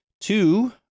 Two